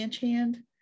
hand